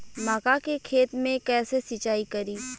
मका के खेत मे कैसे सिचाई करी?